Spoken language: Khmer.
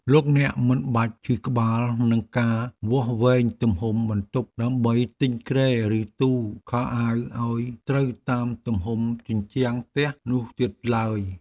លោកអ្នកមិនបាច់ឈឺក្បាលនឹងការវាស់វែងទំហំបន្ទប់ដើម្បីទិញគ្រែឬទូខោអាវឱ្យត្រូវតាមទំហំជញ្ជាំងផ្ទះនោះទៀតឡើយ។